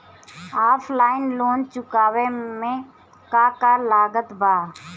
Offline loan चुकावे म का का लागत बा?